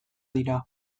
dira